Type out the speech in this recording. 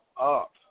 up